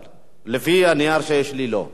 לפי הנייר שיש לי, לא.